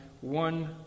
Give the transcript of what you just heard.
one